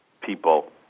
people